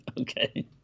Okay